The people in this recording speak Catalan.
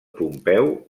pompeu